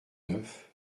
neuf